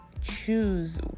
choose